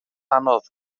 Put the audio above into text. anodd